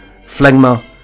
phlegma